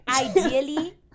Ideally